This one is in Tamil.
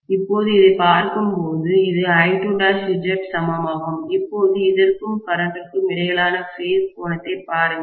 இப்போது இதைப் பார்க்கும்போது இது I2'Z சமமாகும் இப்போது இதற்கும் கரண்டிற்கும் இடையிலான பேஸ் கோணத்தைப் பாருங்கள்